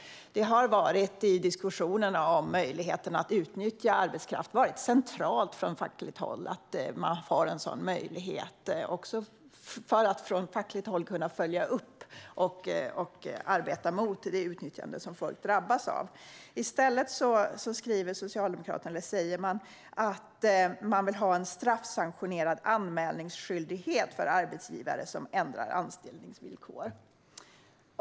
Det har i diskussionen om möjligheterna att utnyttja arbetskraft varit centralt från fackligt håll att det finns en sådan möjlighet, för att facket ska kunna följa upp och arbeta emot det utnyttjande som folk drabbas av. I stället säger Socialdemokraterna att de vill ha en straffsanktionerad anmälningsskyldighet för arbetsgivare som ändrar anställningsvillkor.